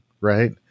right